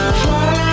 fly